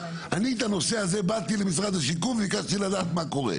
אני את הנושא הזה באתי למשרד השיכון וביקשתי לדעת מה קורה,